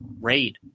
raid